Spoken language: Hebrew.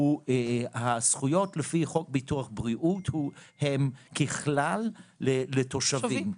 הזכויות לפי חוק ביטוח בריאות הן ככלל לתושבים.